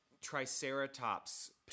triceratops